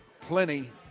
Plenty